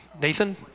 Nathan